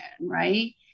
right